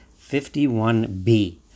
51b